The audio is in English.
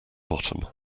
bottom